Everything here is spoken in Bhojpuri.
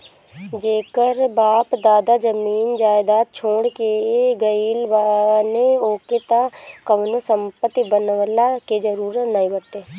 जेकर बाप दादा जमीन जायदाद छोड़ के गईल बाने ओके त कवनो संपत्ति बनवला के जरुरत नाइ बाटे